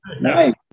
Nice